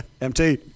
MT